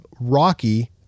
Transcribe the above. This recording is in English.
Rocky